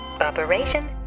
Operation